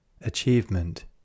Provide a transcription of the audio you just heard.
Achievement